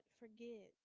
forget